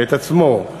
ואת עצמו,